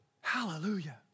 Hallelujah